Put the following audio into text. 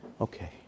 Okay